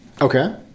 Okay